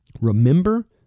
Remember